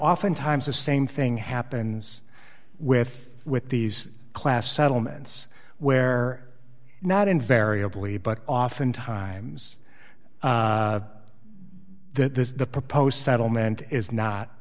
oftentimes the same thing happens with with these class settlements where not invariably but often times the proposed settlement is not